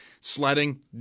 Sledding